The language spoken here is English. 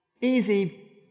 Easy